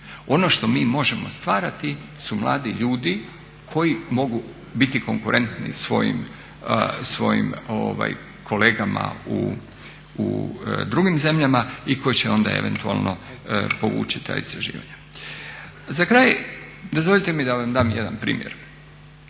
Ono što mi možemo stvarati su mladi ljudi koji mogu biti konkurentni svojim kolegama u drugim zemljama i koji će onda eventualno povući ta istraživanja. Za kraj dozvolite mi da vam dam jedan primjer.